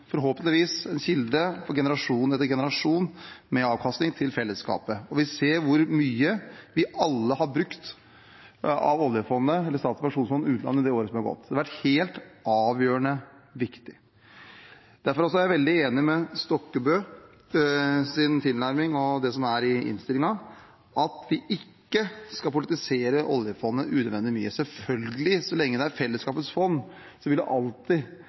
kilde med avkastning til fellesskapet for generasjon etter generasjon. Vi ser hvor mye vi alle har brukt av oljefondet, eller Statens pensjonsfond utland, i det året som har gått. Det har vært helt avgjørende viktig. Derfor er jeg veldig enig i Stokkebøs tilnærming og det som er i innstillingen, at vi ikke skal politisere oljefondet unødvendig mye. Selvfølgelig vil det, så lenge det er fellesskapets fond, alltid være politisk diskusjon og samtaler rundt det,